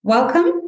Welcome